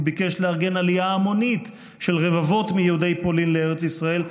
הוא ביקש לארגן עלייה המונית של רבבות מיהודי פולין לארץ ישראל,